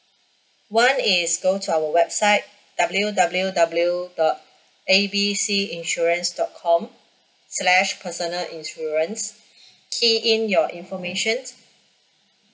one is go to our website W W W dot A B C insurance dot com slash personal insurance key in your informations